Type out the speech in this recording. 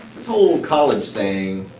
whole college thing,